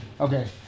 Okay